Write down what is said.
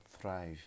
thrive